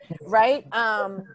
right